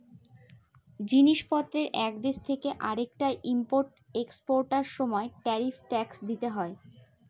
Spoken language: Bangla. জিনিস পত্রের এক দেশ থেকে আরেকটায় ইম্পোর্ট এক্সপোর্টার সময় ট্যারিফ ট্যাক্স দিতে হয়